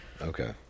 Okay